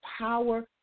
power